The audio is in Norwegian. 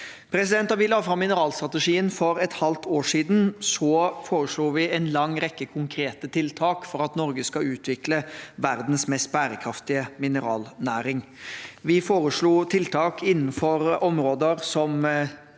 realiseres. Da vi la fram mineralstrategien for et halvt år siden, foreslo vi en lang rekke konkrete tiltak for at Norge skal utvikle verdens mest bærekraftige mineralnæring. Vi foreslo tiltak innenfor områder som